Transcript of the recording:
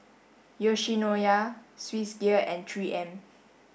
Yoshinoya Swissgear and three M